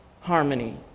harmony